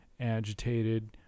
agitated